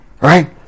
Right